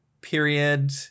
period